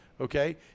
okay